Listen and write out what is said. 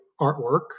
artwork